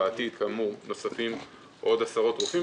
בעתיד יהיו עוד עשרות רופאים.